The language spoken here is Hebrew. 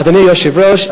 אדוני היושב-ראש,